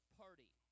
party